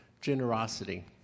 generosity